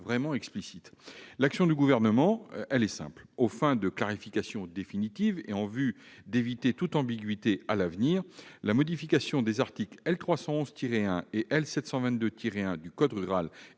jamais été explicite. L'action du Gouvernement sur ce sujet est simple. Aux fins de clarification définitive, et en vue d'éviter toute ambiguïté à l'avenir, la modification des articles L. 311-1 et L. 722-1 du code rural et